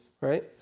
right